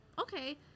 okay